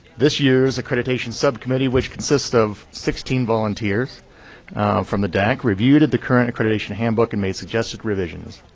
this year's accreditation subcommittee, which consist of sixteen volunteers from the dac reviewed the current accreditation handbook and made suggested revisions.